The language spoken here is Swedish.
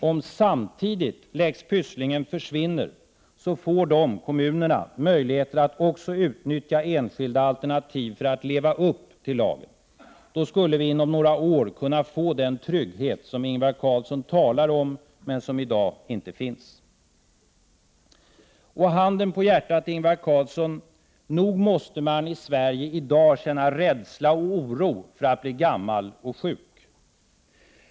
Om samtidigt lex Pysslingen försvinner får kommunerna möjligheter att också utnyttja enskilda alternativ för att leva upp till lagen. Då skulle vi inom några år kunna få den trygghet som Ingvar Carlsson talar om men som i dag inte finns. Handen på hjärtat, Ingvar Carlsson: Nog måste man i Sverige i dag känna rädsla och oro för att bli gammal och sjuk?